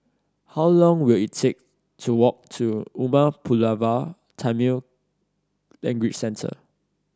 how long will it take to walk to Umar Pulavar Tamil Language Centre